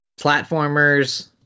Platformers